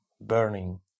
burning